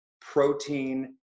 protein